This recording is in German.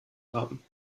haben